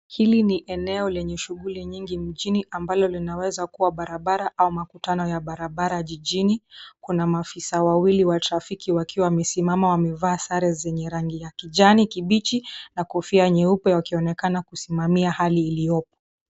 Hili ni eneo lenye shughuli nyingi mjini ambalo linaweza kuwa barabara au makutano ya barabara jijini. Kuna maafisa wawili wa trafiki wakiwa wamesimama, wamevaa sare zenye rangi ya kijani kibichi na kofia nyeupe wakionekana kusimamia hali iliyopo.